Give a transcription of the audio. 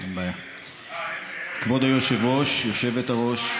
כבוד היושבת-ראש,